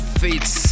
fits